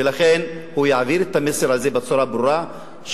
ולכן הוא יעביר את המסר הזה בצורה הברורה,